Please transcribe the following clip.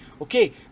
okay